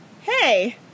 hey